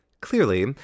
Clearly